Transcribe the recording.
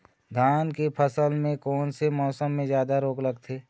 धान के फसल मे कोन से मौसम मे जादा रोग लगथे?